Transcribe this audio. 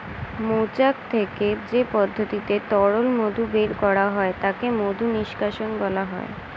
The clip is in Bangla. মৌচাক থেকে যে পদ্ধতিতে তরল মধু বের করা হয় তাকে মধু নিষ্কাশণ বলা হয়